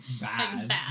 bad